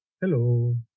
hello